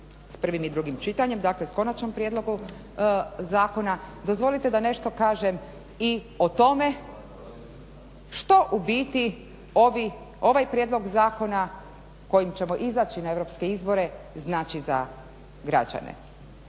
s prvim i drugim čitanjem, dakle s konačnim prijedlogom zakona dozvolite da nešto kažem i o tome što u biti ovaj prijedlog zakona kojim ćemo izaći na europske izbore znači za građane.